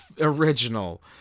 original